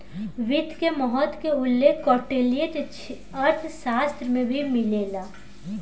वित्त के महत्त्व के उल्लेख कौटिल्य के अर्थशास्त्र में भी मिलेला